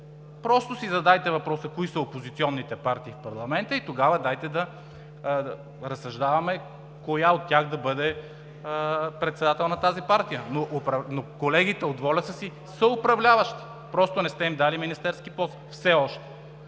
Просто си задайте въпроса кои са опозиционните партии в парламента и тогава дайте да разсъждаваме коя от тях да бъде председател на тази комисия. Но колегите от ВОЛЯ са си съуправляващи, просто не сте им дали министерски пост, все още.